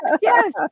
Yes